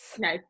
no